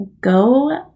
go